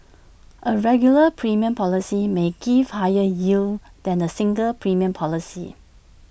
A regular premium policy may give higher yield than A single premium policy